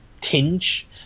tinge